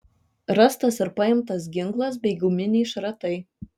rastas ir paimtas ginklas bei guminiai šratai